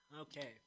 Okay